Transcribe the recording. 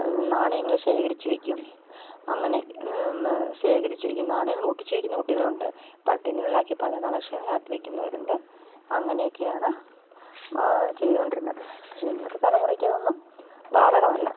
നാണയങ്ങൾ ശേഖരിച്ച് വെക്കും അങ്ങനെ മ് ശേഖരിച്ച് വെക്കും നാണയങ്ങൾ ഒട്ടിച്ചു വെക്കുന്ന കുട്ടികളുണ്ട് പ ടിന്നുകളാക്കി പല കളക്ഷനുകളാക്കി വെക്കുന്നവരുണ്ട് അങ്ങനെയൊക്കെയാണ് ചെയ്തു കൊണ്ടിരുന്നത് പക്ഷെ ഇന്നത്തെ തലമുറയ്ക്ക് അതൊന്നും ബാധകമല്ല